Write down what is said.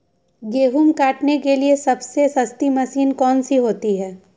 गेंहू काटने के लिए सबसे सस्ती मशीन कौन सी होती है?